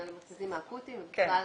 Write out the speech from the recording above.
זה על המרכזים האקוטיים ברמה